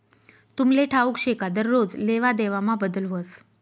तुमले ठाऊक शे का दरोज लेवादेवामा बदल व्हस